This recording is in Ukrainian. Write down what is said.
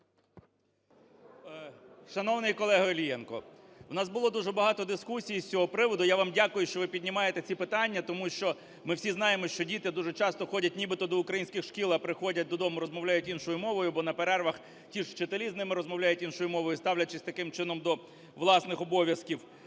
Шановний колего Іллєнко, у нас було дуже багато дискусій з цього приводу. Я вам дякую, що ви піднімаєте ці питання, тому що ми всі знаємо, що діти дуже часто ходять нібито до українських шкіл, а приходять додому - розмовляють іншого мовою, або на перервах ті ж вчителі з ними розмовляють іншою мовою, ставлячись таким чином до власних обов'язків.